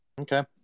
Okay